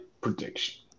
prediction